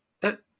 that